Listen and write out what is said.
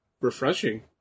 refreshing